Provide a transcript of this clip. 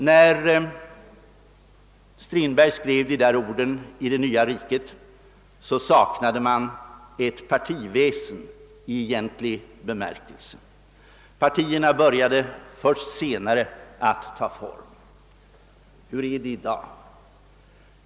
När Strindberg skrev de där orden i »Det nya riket» saknade man ett partiväsen i egentlig bemärkelse. Partierna började först senare att ta form. Hur är det i dag?